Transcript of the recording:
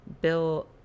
Bill